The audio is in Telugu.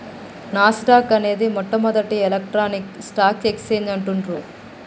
నాస్ డాక్ అనేది మొట్టమొదటి ఎలక్ట్రానిక్ స్టాక్ ఎక్స్చేంజ్ అంటుండ్రు